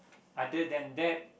other than that